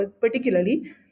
particularly